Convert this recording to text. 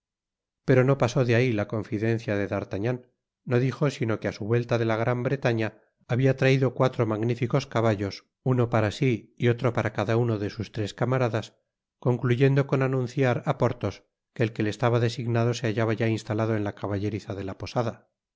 pero no pasó de aquí la confidencia de d'artagnan no dijo sino que á su vuelta de la gran bretaña habia traido cuatro magníficos caballos uno para si y otro para cada uno de sus tres camaradas concluyendo con anunciar á porthos que el que le estaba designado se hallaba ya instalado en la caballeriza de la posada en